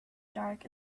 dark